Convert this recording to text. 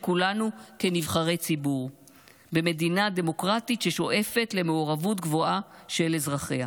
כולנו כנבחרי ציבור במדינה דמוקרטית ששואפת למעורבות גבוהה של אזרחיה.